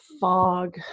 fog